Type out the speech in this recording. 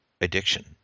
addiction